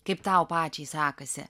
kaip tau pačiai sekasi